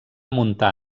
muntar